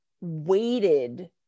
weighted